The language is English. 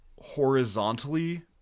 horizontally